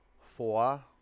four